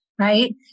right